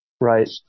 Right